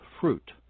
fruit